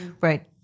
Right